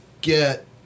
get